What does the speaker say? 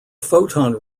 photon